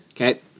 Okay